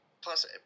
plus